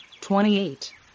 twenty-eight